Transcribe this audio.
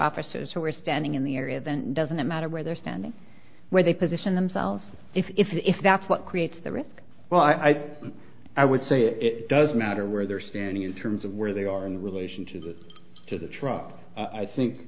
officers who were standing in the area then doesn't it matter where they're standing where they position themselves if that's what creates the risk well i i would say it does matter where they're standing in terms of where they are in relationship to the truck i think